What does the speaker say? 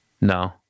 No